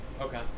Okay